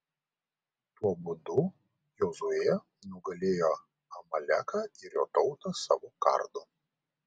tuo būdu jozuė nugalėjo amaleką ir jo tautą savo kardu